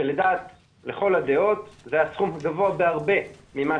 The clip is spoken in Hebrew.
שלכל הדעות זה היה סכום גבוה בהרבה ממה